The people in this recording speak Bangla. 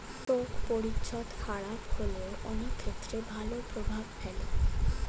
শোক পরিচ্ছদ খারাপ হলেও অনেক ক্ষেত্রে ভালো প্রভাব ফেলে